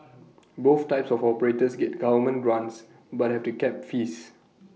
both types of operators get government grants but have to cap fees